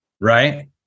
right